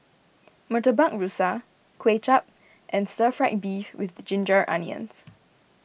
Murtabak Rusa Kuay Chap and Stir Fried Beef with Ginger Onions